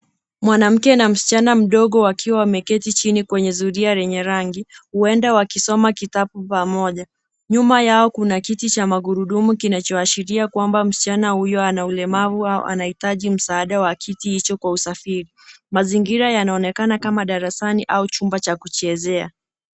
Mwanamke na msichana mdogo wakiwa wameketi chini kwenye zulia lenye rangi, huenda wakisoma kitabu pamoja. Nyuma yao kuna kiti cha magurudumu kinachoashiria kwamba msichana huyo ana ulemavu au anahitaji msaada wa kiti hicho kwa usafiri. Mazingira yanaonekana kama darasani au chumba cha kuchezea.